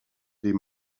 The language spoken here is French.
des